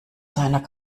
seiner